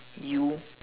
you